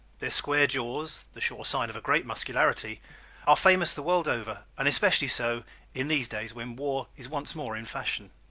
their square jaws the sure sign of great muscularity are famous the world over and especially so in these days when war is once more in fashion.